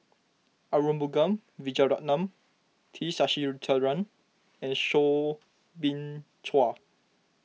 Arumugam Vijiaratnam T Sasitharan and Soo Bin Chua